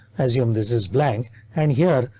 assume this is blank and here.